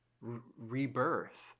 rebirth